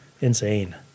insane